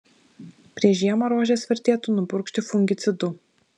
prieš žiemą rožes vertėtų nupurkšti fungicidu